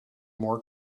more